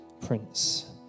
prince